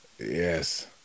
Yes